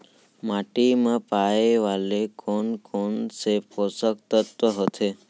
माटी मा पाए वाले कोन कोन से पोसक तत्व होथे?